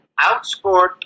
outscored